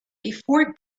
before